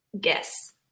guess